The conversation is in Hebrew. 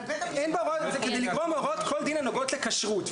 אבל בטח --- כדי לגרוע מהוראות כל דין הנוגעות לכשרות,